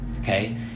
okay